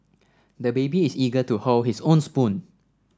the baby is eager to hold his own spoon